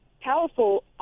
powerful